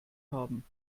haben